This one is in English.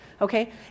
okay